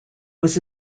was